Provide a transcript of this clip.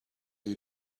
you